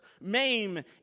maim